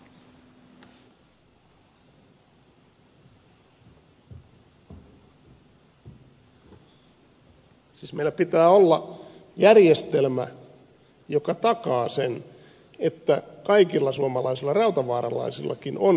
siis meillä pitää olla järjestämä joka takaa sen että kaikilla suomalaisilla rautavaaralaisillakin on ne voimavarat